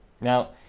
Now